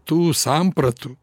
tų sampratų